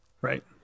right